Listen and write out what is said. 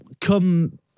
come